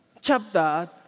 chapter